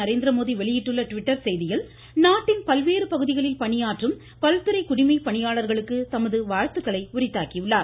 நரேந்திரமோடி வெளியிட்டுள்ள டிவிட்டர் செய்தியில் நாட்டின் பல்வேறு பகுதிகளில் பணியாற்றும் பல்துறை குடிமைப் பாணியாளர்களுக்கு தமது வாழ்த்துக்களை உரித்தாக்கி உள்ளார்